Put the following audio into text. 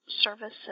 services